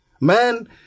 man